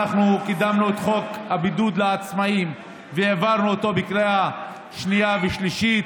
אנחנו קידמנו את חוק הבידוד לעצמאים והעברנו אותו בקריאה שנייה ושלישית,